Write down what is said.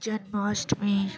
Janmashtami